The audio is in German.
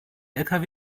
lkw